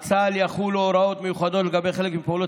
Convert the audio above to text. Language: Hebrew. על צה"ל יחולו הוראות מיוחדות לגבי חלק מפעולות